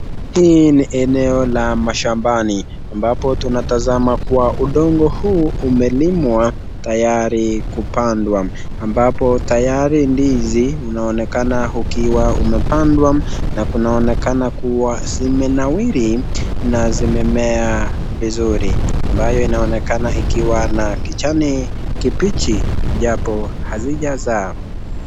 Hii ni eneo la mashambani ambapo tunatazama kuwa udongo huu umelimwa tayari kupandwa ambapo tayari ndizi unaonekana hukiwa umepandwa na kunaonekana kuwa zimenawiri na zimemea vizuri ambayo inaonekana ikiwa na kijani kibichi japo hazija zaa.